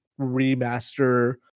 remaster